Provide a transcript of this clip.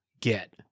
get